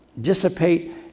dissipate